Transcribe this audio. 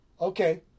Okay